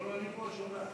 לא, אני פה שומע.